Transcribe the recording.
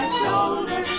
shoulder